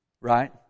right